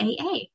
AA